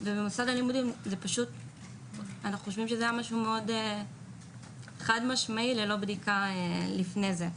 ובמוסד הלימודים זה חד משמעית ללא בדיקה לפני זה.